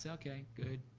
so okay, good,